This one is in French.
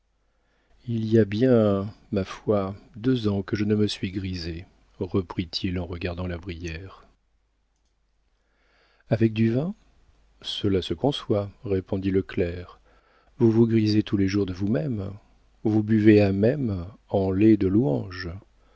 il y a bien ma foi deux ans que je ne me suis grisé reprit-il en regardant la brière avec du vin cela se conçoit répondit le clerc vous vous grisez tous les jours de vous-même vous buvez à même en fait de louanges